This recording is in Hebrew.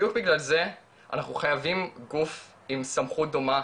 בדיוק בגלל זה, אנחנו חייבים גוף עם סמכות דומה